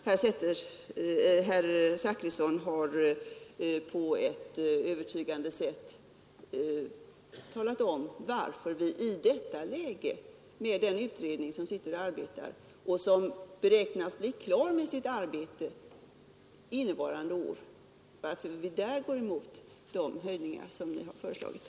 Herr Zachrisson har på ett övertygande sätt talat om varför vi i detta läge, med den utredning som arbetar och som beräknas bli klar med sitt arbete under innevarande år, går emot de höjningar som ni har föreslagit.